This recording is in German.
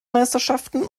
meisterschaften